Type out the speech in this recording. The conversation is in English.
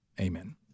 amen